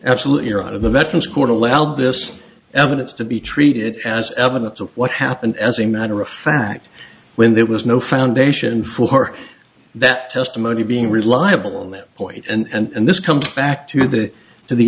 absolutely or out of the veterans court allowed this evidence to be treated as evidence of what happened as a matter of fact when there was no foundation for that testimony being reliable on that point and this comes back to the to the